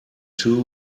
two